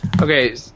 Okay